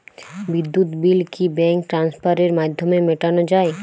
বিদ্যুৎ বিল কি ব্যাঙ্ক ট্রান্সফারের মাধ্যমে মেটানো য়ায়?